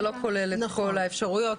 זה לא כולל את כל האפשרויות.